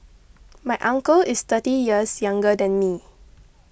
my uncle is thirty years younger than me